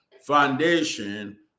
foundation